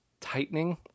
tightening